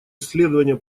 исследования